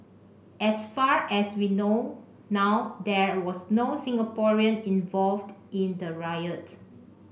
as far as we know now there was no Singaporean involved in the riot